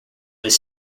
his